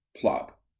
plop